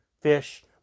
fish